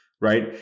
right